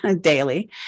daily